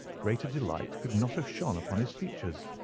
greater delight could not have shone upon his features.